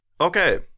Okay